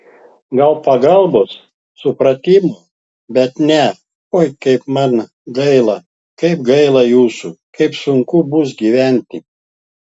gal pagalbos supratimo bet ne oi kaip man gaila kaip gaila jūsų kaip sunku bus gyventi